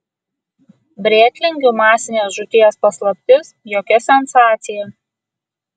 brėtlingių masinės žūties paslaptis jokia sensacija